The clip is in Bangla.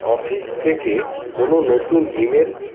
অফিস থেকে কোনো নতুন ইমেল